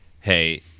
hey